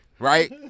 Right